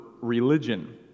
religion